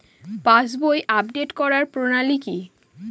পাসবই update করার প্রণালী কি?